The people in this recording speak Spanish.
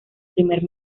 primer